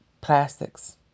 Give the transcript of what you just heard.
Plastics